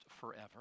forever